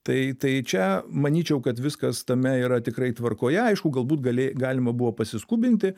tai tai čia manyčiau kad viskas tame yra tikrai tvarkoje aišku galbūt galė galima buvo pasiskubinti